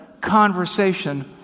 conversation